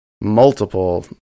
multiple